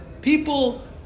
People